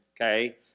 okay